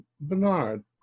Bernard